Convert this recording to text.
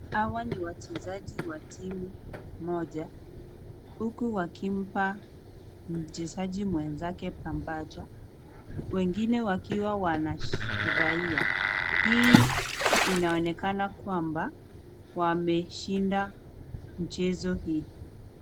Hawa ni wachezaji wa timu moja. Huku wakimpa mchezaji mwenzake pambaja wengine wakiwa wanafurahia. Hii inaonekana kwamba wameshinda mchezo hii.